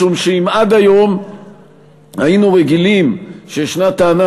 משום שאם עד היום היינו רגילים שישנה טענה,